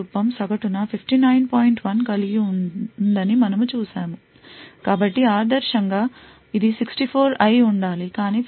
1 కలిగి ఉందని మనము చూశాము కాబట్టి ఆదర్శంగా ఇది 64 అయి ఉండాలి కాని 59